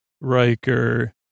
Riker